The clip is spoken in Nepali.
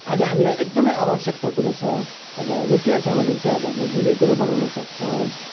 आज हामीलाई एकदमै आवश्यकता कुरो छ आज रुपियाँ छ भने चाहिँ आज हामीले धेरै कुरा बनाउन सक्छौँ